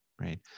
right